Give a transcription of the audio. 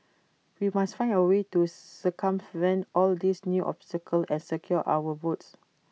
we must find A way to circumvent all these new obstacles and secure our votes